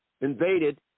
invaded